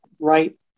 right